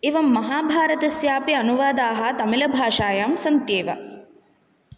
एवं महाभारतस्यापि अनुवादाः तमिळभाषायां सन्त्येव